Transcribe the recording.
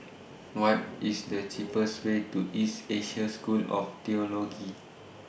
What IS The cheapest Way to East Asia School of Theology